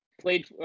Played